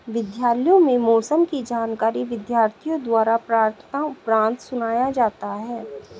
विद्यालयों में मौसम की जानकारी विद्यार्थियों द्वारा प्रार्थना उपरांत सुनाया जाता है